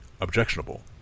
objectionable